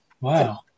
wow